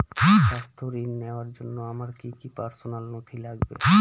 স্বাস্থ্য ঋণ নেওয়ার জন্য আমার কি কি পার্সোনাল নথি লাগবে?